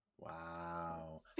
Wow